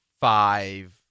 five